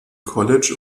college